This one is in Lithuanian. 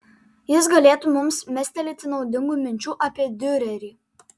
jis galėtų mums mestelėti naudingų minčių apie diurerį